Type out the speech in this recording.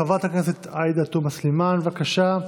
חברת הכנסת עאידה תומא סלימאן, בבקשה.